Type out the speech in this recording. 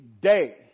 day